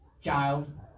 child